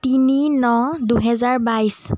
তিনি ন দুহেজাৰ বাইছ